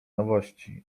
nowości